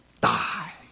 die